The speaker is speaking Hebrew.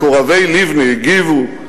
מקורבי לבני הגיבו: